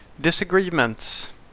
disagreements